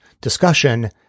discussion